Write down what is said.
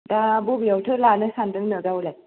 दा बबेयावथो लानो सान्दोंनो गावलाय